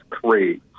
three